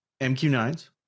MQ9s